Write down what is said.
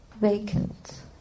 vacant